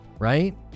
right